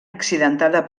accidentada